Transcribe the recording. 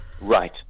Right